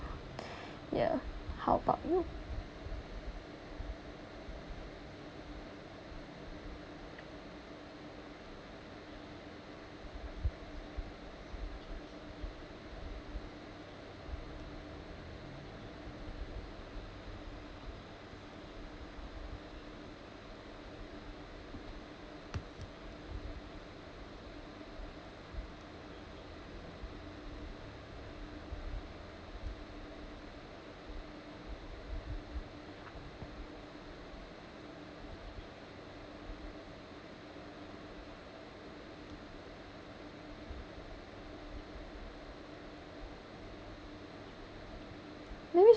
ya how about you maybe